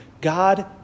God